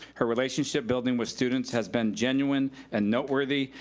her relationship building with students has been genuine and noteworthy,